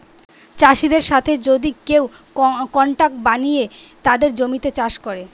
চাষিদের সাথে যদি কেউ কন্ট্রাক্ট বানিয়ে তাদের জমিতে চাষ করে